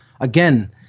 Again